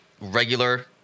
regular